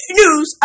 news